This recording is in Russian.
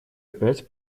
опять